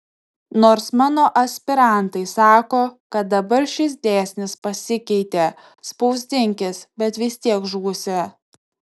nors mano aspirantai sako kad dabar šis dėsnis pasikeitė spausdinkis bet vis tiek žūsi